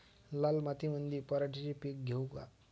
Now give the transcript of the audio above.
लाल मातीमंदी पराटीचे पीक घेऊ का?